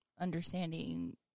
understanding